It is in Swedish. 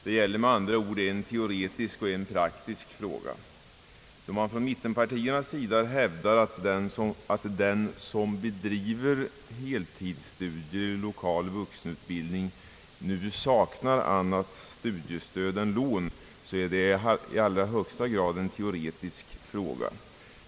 Det gäller med andra ord en teoretisk och en praktisk fråga. När man från mittenpartiernas sida hävdar att den som bedriver heltidsstudier i lokal vuxenutbildning nu saknar annat studiestöd än lån, så är det i allra högsta grad en teoretisk fråga.